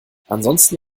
ansonsten